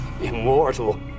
immortal